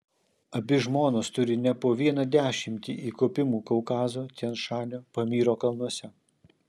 abi žmonos turi ne po vieną dešimtį įkopimų kaukazo tian šanio pamyro kalnuose